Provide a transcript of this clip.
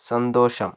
സന്തോഷം